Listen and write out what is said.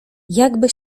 jakby